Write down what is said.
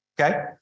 Okay